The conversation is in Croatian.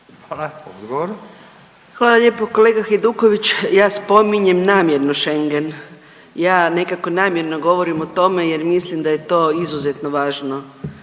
Anka (GLAS)** Hvala lijepo. Kolega Hajduković ja spominjem namjerno šengen, ja nekako namjerno govorim o tome jer mislim da je to izuzetno važno